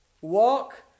Walk